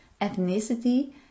ethnicity